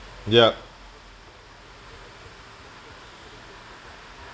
yup